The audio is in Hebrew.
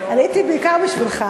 עליתי בעיקר בשבילך.